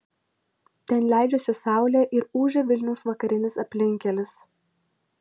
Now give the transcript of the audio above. ten leidžiasi saulė ir ūžia vilniaus vakarinis aplinkkelis